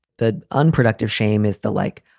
that unproductive shame is the like.